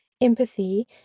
empathy